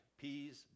peas